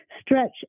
stretch